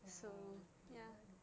ya okay